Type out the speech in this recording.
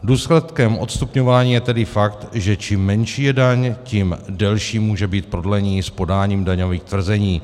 Důsledkem odstupňování je tedy fakt, že čím menší je daň, tím delší může být prodlení s podáním daňových tvrzení.